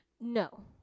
No